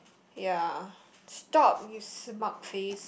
ya stop you smug face